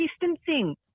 distancing